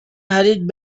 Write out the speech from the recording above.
hurried